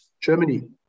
Germany